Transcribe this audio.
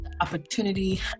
opportunity